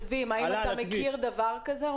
האם אתה מכיר דבר כזה?